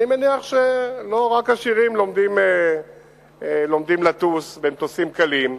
אני מניח שלא רק עשירים לומדים לטוס במטוסים קלים.